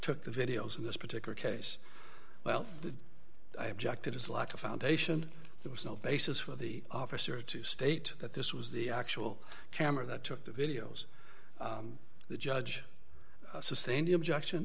took the videos in this particular case well i objected his lack of foundation there was no basis for the officer to state that this was the actual camera that took the videos the judge sustain the objection